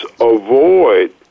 avoid